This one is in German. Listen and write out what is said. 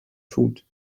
tut